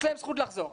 יש להם זכות לחזור.